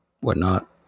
whatnot